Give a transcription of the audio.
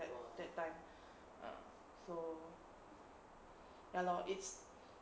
that that time uh so ya lor it's